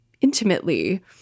intimately